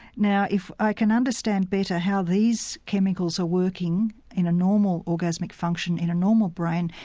now if i can understand better how these chemicals are working in a normal orgasmic function, in a normal brain,